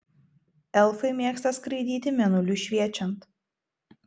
elfai mėgsta skraidyti mėnuliui šviečiant